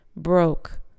broke